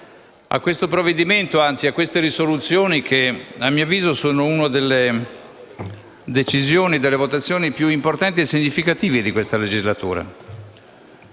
distratta rispetto a queste risoluzioni, che a mio avviso sono una delle decisioni e delle votazioni più importanti e significative di questa legislatura.